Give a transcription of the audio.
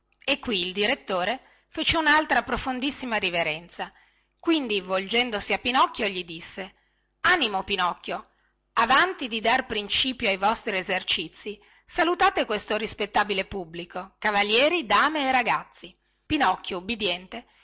e qui il direttore fece unaltra profondissima riverenza quindi rivolgendosi a pinocchio gli disse animo pinocchio avanti di dar principio ai vostri esercizi salutate questo rispettabile pubblico cavalieri dame e ragazzi pinocchio ubbidiente